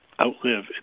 outlive